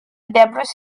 debris